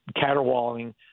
caterwauling